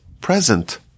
present